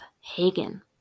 Hagen